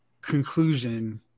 conclusion